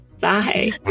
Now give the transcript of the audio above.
Bye